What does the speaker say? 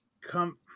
come